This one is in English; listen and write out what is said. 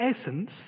essence